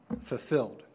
Fulfilled